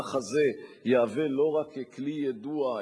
שהמסמך הזה יהווה לא רק כלי יידוע,